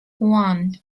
one